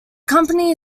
company